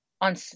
on